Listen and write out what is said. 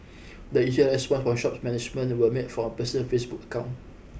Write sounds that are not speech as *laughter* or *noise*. *noise* the initial response from shop's management were made from a personal Facebook account